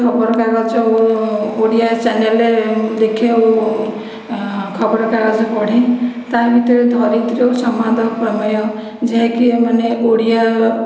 ଖବରକାଗଜ ଓ ଓଡ଼ିଆ ଚ୍ୟାନେଲ ମୁଁ ଦେଖେ ଆଉ ଖବର କାଗଜ ପଢ଼େ ତା ଭିତରୁ ଧରିତ୍ରୀ ଓ ସମ୍ବାଦ ପ୍ରମେୟ ଯାହାକି ମାନେ ଓଡ଼ିଆ